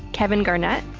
kevin garnett,